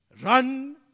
Run